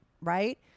right